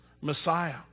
Messiah